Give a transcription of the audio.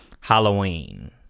Halloween